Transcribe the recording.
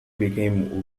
became